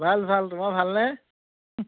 ভাল ভাল তোমাৰ ভালনে